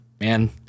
man